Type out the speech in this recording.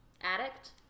Addict